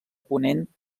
ponent